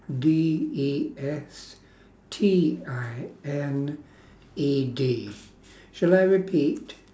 D E S T I N E D shall I repeat